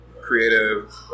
creative